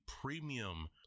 premium